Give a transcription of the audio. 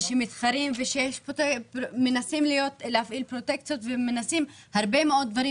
שיש אנשים שמנסים להפעיל פרוטקציות והרבה מאוד דברים